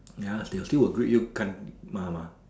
ya they still will greet you 干妈 mah